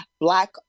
Black